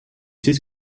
sais